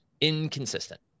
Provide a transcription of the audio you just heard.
Inconsistent